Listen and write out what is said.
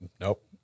nope